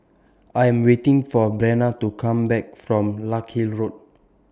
I Am waiting For Breana to Come Back from Larkhill Road